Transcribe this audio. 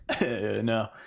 no